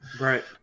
right